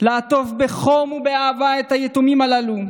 לעטוף בחום ובאהבה את היתומים הללו.